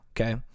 okay